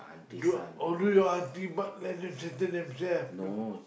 do although your auntie but let them settle themself